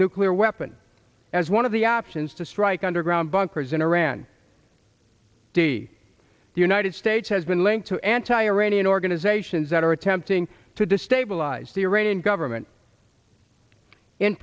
nuclear weapon as one of the options to strike underground bunkers in iran d the united states has been linked to anti iranian organizations that are attempting to destabilize the iranian government in